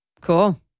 Cool